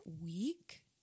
week